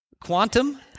quantum